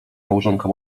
małżonka